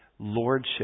lordship